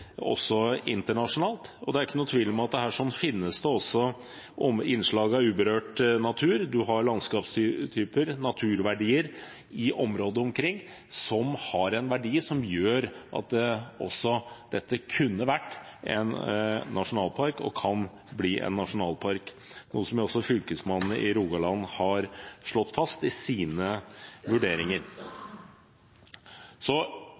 også internasjonalt. Det er ikke noen tvil om at det også her finnes innslag av uberørt natur. Man har landskapstyper og natur i området omkring som har en verdi som gjør at også dette kunne vært en nasjonalpark, og kan bli en nasjonalpark, noe som også Fylkesmannen i Rogaland har slått fast i sine vurderinger.